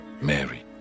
Mary